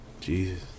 Jesus